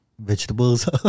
Vegetables